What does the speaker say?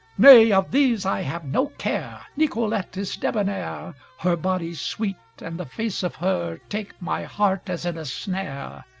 nay of these i have no care, nicolete is debonaire, her body sweet and the face of her take my heart as in a snare,